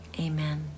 amen